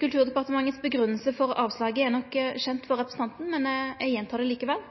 Kulturdepartementets grunngjeving for avslaget er nok kjent for representanten, men eg gjentek det likevel: